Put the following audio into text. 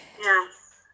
yes